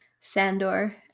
Sandor